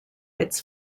its